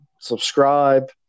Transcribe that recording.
subscribe